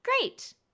great